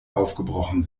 aufgebrochen